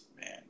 man